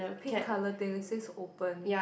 pink colour thing says open